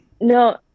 No